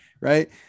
right